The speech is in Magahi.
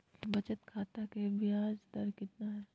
बचत खाता के बियाज दर कितना है?